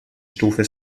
stufe